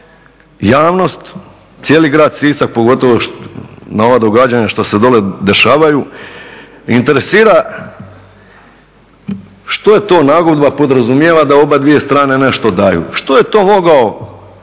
Javnost, cijeli grad Sisak pogotovo na ova događanja što se dole dešavaju interesira što je to nagodba. Podrazumijeva da obadvije strane nešto daju. Što je to mogao